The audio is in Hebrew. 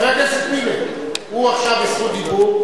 חבר הכנסת מילר, הוא עכשיו בזכות דיבור.